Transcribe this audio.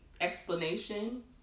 explanation